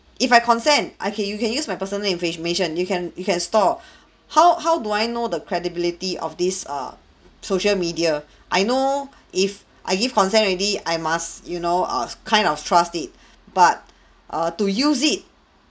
if I consent I can you can use my personal information you can you can store how how do I know the credibility of this err social media I know if I give consent already I must you know err kind of trust it but err to use it